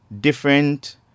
different